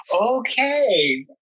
Okay